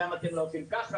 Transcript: למה אתם לא עושים ככה,